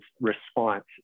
response